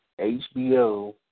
HBO